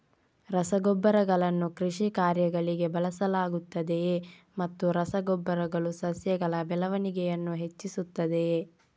ರಸಗೊಬ್ಬರಗಳನ್ನು ಕೃಷಿ ಕಾರ್ಯಗಳಿಗೆ ಬಳಸಲಾಗುತ್ತದೆಯೇ ಮತ್ತು ರಸ ಗೊಬ್ಬರಗಳು ಸಸ್ಯಗಳ ಬೆಳವಣಿಗೆಯನ್ನು ಹೆಚ್ಚಿಸುತ್ತದೆಯೇ?